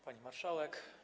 Pani Marszałek!